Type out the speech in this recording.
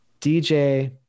DJ